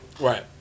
Right